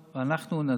ואם לא ידברו איתנו,